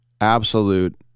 Absolute